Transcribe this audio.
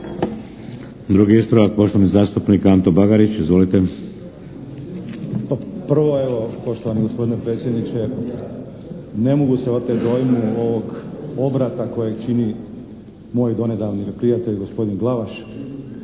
Drugi ispravak, poštovani zastupnik Ante Bagarić, izvolite. **Bagarić, Anto (HDZ)** Prvo evo, poštovani gospodine predsjedniče, ne mogu se otet dojmu ovog obrata koji čini moj donedavni prijatelj gospodin Glavaš.